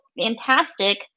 fantastic